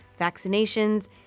vaccinations